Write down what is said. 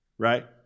right